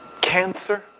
cancer